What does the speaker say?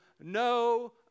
no